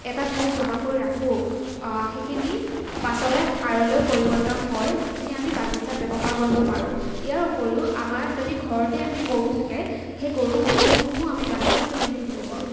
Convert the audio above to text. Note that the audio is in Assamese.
এটা ঠাইত জমা কৰি ৰাখোঁ সেইখিনি পাছলৈ সাৰলৈ পৰিৱৰ্তন হয় যিখিনি আমি বাগিচাত ব্যৱহাৰ কৰিব পাৰোঁ ইয়াৰ উপৰিও আমাৰ যদি ঘৰতে আমি গৰু থাকে সেই গৰু থাকে সেই গৰুৰ গোবৰসমূহো আমি বাগিচা ফুলনিত দিব পাৰোঁ